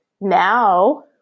now